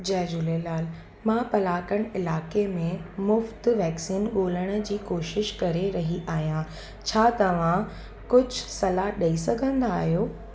जय झूलेलाल मां पलाकड़ इलाइक़े में मुफ़्त वैक्सीन ॻोल्हण जी कोशिशि करे रही आहियां छा तव्हां कुझु सलाह ॾेई सघंदा आहियो